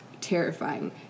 terrifying